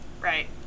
Right